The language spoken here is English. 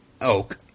Oak